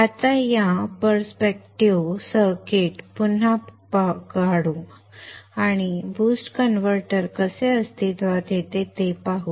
आता त्या perspective circuit पुन्हा काढू आणि बूस्ट कन्व्हर्टर कसे अस्तित्वात येते ते पाहू